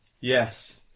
Yes